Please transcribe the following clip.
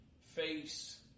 face